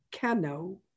Cano